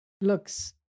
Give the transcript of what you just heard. looks